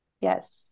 Yes